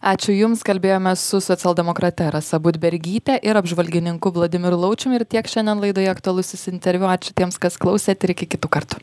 ačiū jums kalbėjomės su socialdemokrate rasa budbergyte ir apžvalgininku vladimiru laučiumi ir tiek šiandien laidoje aktualusis interviu ačiū tiems kas klausėt ir iki kitų kartų